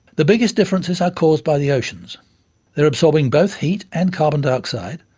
the biggest differences are caused by the oceans. they are absorbing both heat and carbon dioxide,